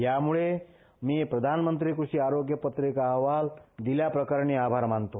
यामुळे मी प्रधानमंत्री कृषी पत्रिका अहवाल दिल्या प्रकरणी आभार मानतो